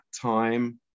time